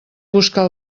buscar